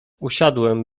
usiadłem